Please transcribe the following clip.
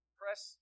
press